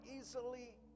easily